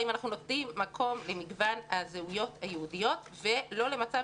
האם אנחנו נותנים מקום למגוון הזהויות היהודיות ולא למצב